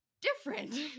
different